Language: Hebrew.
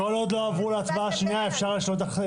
אנחנו הגשנו על הכול.